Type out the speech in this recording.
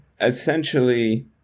Essentially